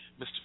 Mr